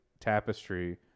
tapestry